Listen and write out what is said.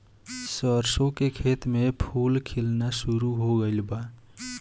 सरसों के खेत में फूल खिलना शुरू हो गइल बा